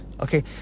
Okay